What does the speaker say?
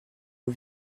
aux